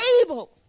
able